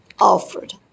offered